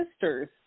sisters